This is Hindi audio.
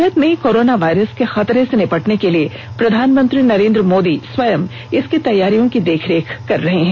भारत में कोरोना वायरस के खतरे से निपटने के लिए प्रधानमंत्री नरेन्द्र मोदी स्वयं इसकी तैयारियों की देखरेख कर रहे हैं